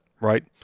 right